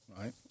right